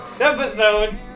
episode